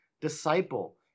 disciple